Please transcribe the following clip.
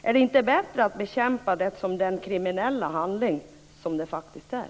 Är det inte bättre att bekämpa dessa företeelser som de kriminella handlingar som de faktiskt är?